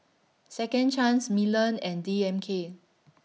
Second Chance Milan and D M K